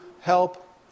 help